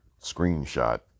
screenshot